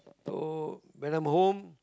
so when I'm home